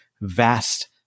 vast